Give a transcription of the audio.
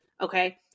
Okay